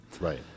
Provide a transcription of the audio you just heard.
Right